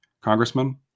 congressman